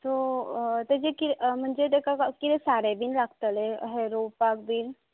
so तेजें किरें म्हणजे तेका क किरें सारें बीन लागतलें अशें रोंवपाक बीन